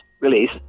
release